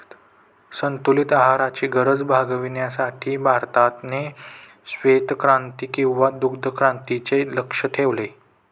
संतुलित आहाराची गरज भागविण्यासाठी भारताने श्वेतक्रांती किंवा दुग्धक्रांतीचे लक्ष्य ठेवले